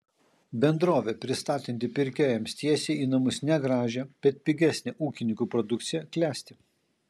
bendrovė pristatanti pirkėjams tiesiai į namus negražią bet pigesnę ūkininkų produkciją klesti